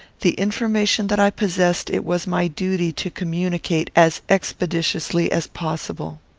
the information that i possessed it was my duty to communicate as expeditiously as possible.